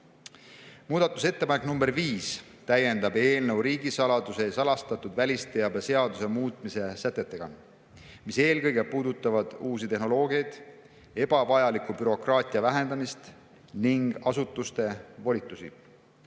Muudatusettepanek nr 5 täiendab eelnõu riigisaladuse ja salastatud välisteabe seaduse muutmise sätetega, mis eelkõige puudutavad uut tehnoloogiat, ebavajaliku bürokraatia vähendamist ning asutuste volitusi.